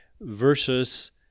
versus